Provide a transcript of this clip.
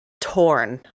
torn